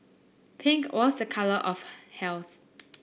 pink was a colour of health